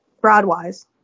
broad-wise